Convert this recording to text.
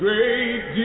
Great